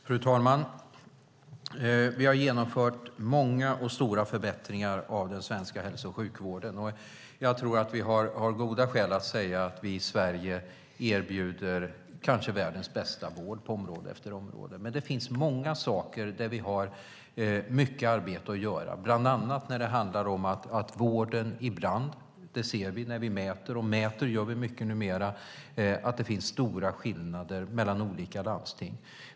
Fru talman! Vi har genomfört många och stora förbättringar av den svenska hälso och sjukvården. Jag tror att vi har goda skäl att säga att vi i Sverige erbjuder kanske världens bästa vård på område efter område. Men det finns många saker där vi har mycket arbete att göra, bland annat när det handlar om att det i vården ibland - det ser vi när vi mäter, och mäter gör vi mycket numera - finns stora skillnader mellan olika landsting.